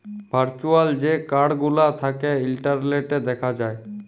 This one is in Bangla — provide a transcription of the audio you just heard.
ভার্চুয়াল যে কাড় গুলা থ্যাকে ইলটারলেটে দ্যাখা যায়